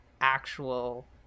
actual